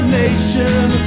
nation